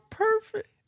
Perfect